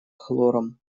хлором